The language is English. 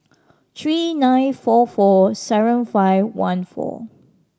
three nine four four seven five one four